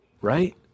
right